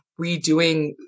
redoing